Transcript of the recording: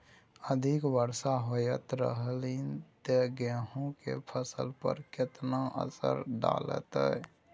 अधिक वर्षा होयत रहलनि ते गेहूँ के फसल पर केतना असर डालतै?